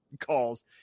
calls